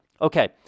Okay